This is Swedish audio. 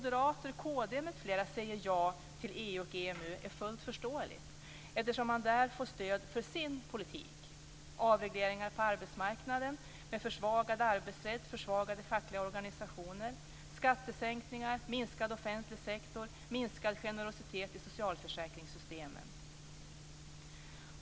EU och EMU är fullt förståeligt, eftersom man där får stöd för sin politik: avregleringar på arbetsmarknaden med försvagad arbetsrätt och försvagade fackliga organisationer, skattesänkningar, minskad offentlig sektor och minskad generositet i socialförsäkringssystemen.